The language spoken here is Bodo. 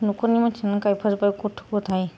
न'खरनि मानसियानो गायफा जोब्बाय गथ' गथाइ